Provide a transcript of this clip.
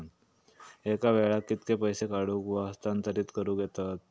एका वेळाक कित्के पैसे काढूक व हस्तांतरित करूक येतत?